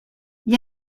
gli